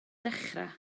dechrau